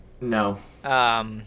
No